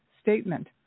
statement